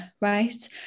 right